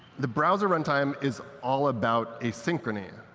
the browser runtime is all about asynchrony.